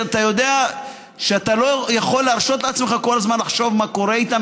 ואתה יודע שאתה לא יכול להרשות לעצמך כל הזמן לחשוב מה קורה איתם,